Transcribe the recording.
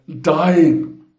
dying